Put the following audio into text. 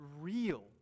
real